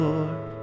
Lord